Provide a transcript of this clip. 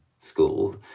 school